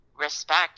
respect